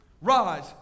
Rise